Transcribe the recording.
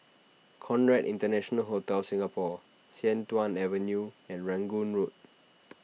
Conrad International Hotel Singapore Sian Tuan Avenue and Rangoon Road